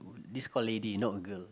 this called lady not girl